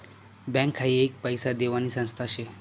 bank हाई एक पैसा देवानी संस्था शे